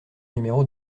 numéro